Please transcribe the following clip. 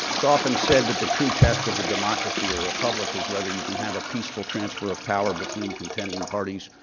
it's often said that the true test of a democracy or a republic is whether you can have a peaceful transfer of power between contending parties.